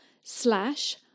slash